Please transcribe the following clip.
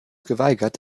geweigert